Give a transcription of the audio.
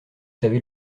savez